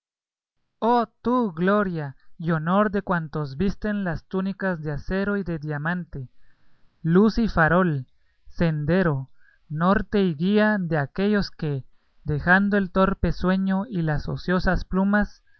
tú gloria y honor de cuantos visten las túnicas de acero y de diamante luz y farol sendero norte y guía de aquellos que dejando el torpe sueño y las ociosas plumas